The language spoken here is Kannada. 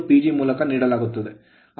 2 KW ಪಡೆಯುತ್ತೇವೆ